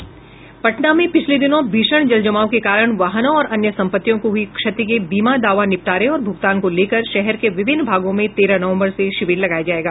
पटना में पिछले दिनों भीषण जलजमाव के कारण वाहनों और अन्य संपत्तियों को हुई क्षति के बीमा दावा निपटारे और भुगतान को लेकर शहर के विभिन्न भागों में तेरह नवम्बर से शिविर लगाया जायेगा